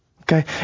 Okay